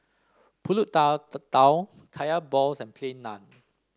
pulut tatal Kaya Balls and Plain Naan